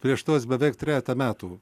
prieš tuos beveik trejetą metų